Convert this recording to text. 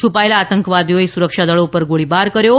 છુપાયેલા આતંકવાદીઓએ સુરક્ષા દળો પર ગોળીબાર કર્યો હતો